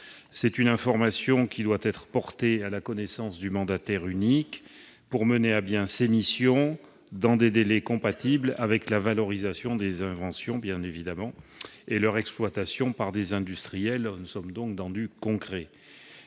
Cette information doit être portée à la connaissance du mandataire unique pour mener à bien ses missions, dans des délais compatibles avec la valorisation des inventions et leur exploitation par des industriels. Nous sommes bien dans le concret.